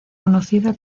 conocida